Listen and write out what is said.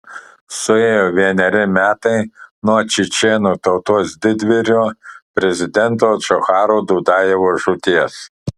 suėjo vieneri metai nuo čečėnų tautos didvyrio prezidento džocharo dudajevo žūties